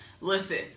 Listen